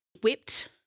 whipped